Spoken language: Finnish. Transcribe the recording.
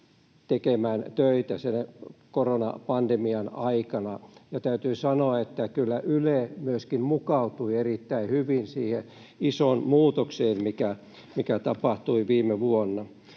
tekemään töitä koronapandemian aikana. Täytyy sanoa, että kyllä Yle myöskin mukautui erittäin hyvin siihen isoon muutokseen, mikä tapahtui viime vuonna.